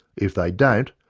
if they don't,